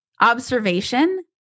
Observation